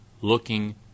looking